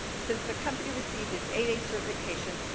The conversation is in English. since the company received its eight a certification,